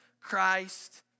Christ